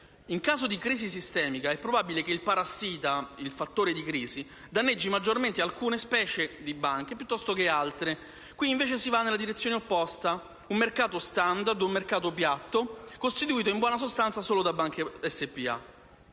In caso di crisi sistemica, è probabile che il parassita, il fattore di crisi, danneggi maggiormente alcune specie di banche piuttosto che altre. Qui invece si va nella direzione opposta, si punta alla standardizzazione: un mercato piatto, costituito in buona sostanza solo di banche SpA.